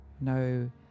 No